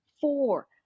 four